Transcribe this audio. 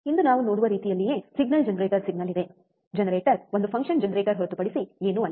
ಇಂದು ನಾವು ನೋಡುವ ರೀತಿಯಲ್ಲಿಯೇ ಸಿಗ್ನಲ್ ಜನರೇಟರ್ ಸಿಗ್ನಲ್ ಇದೆ ಜನರೇಟರ್ ಒಂದು ಫಂಕ್ಷನ್ ಜನರೇಟರ್ ಹೊರತುಪಡಿಸಿ ಏನೂ ಅಲ್ಲ